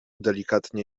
delikatnie